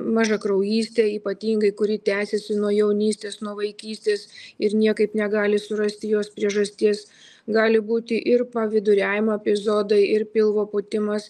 mažakraujystė ypatingai kuri tęsiasi nuo jaunystės nuo vaikystės ir niekaip negali surasti jos priežasties gali būti ir viduriavimo epizodai ir pilvo pūtimas